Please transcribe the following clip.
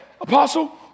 Apostle